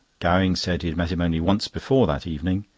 gowing said he had met him only once before that evening.